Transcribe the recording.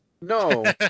No